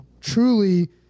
truly